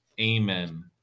amen